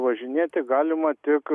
važinėti galima tik